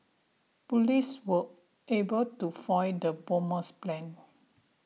police were able to foil the bomber's plan